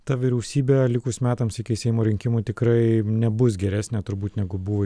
ta vyriausybė likus metams iki seimo rinkimų tikrai nebus geresnė turbūt negu buvo